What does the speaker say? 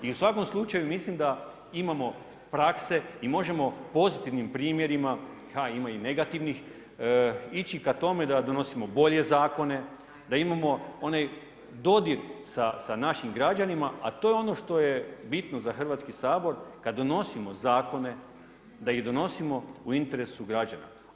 I u svakom slučaju mislim da imamo prakse i možemo pozitivnim primjerima a ima i negativnih ići ka tome da donosimo bolje zakone, da imamo onaj dodir sa našim građanima a to je ono što je bitno za Hrvatski sabor, kad donosimo zakone da ih donosimo u interesu građana.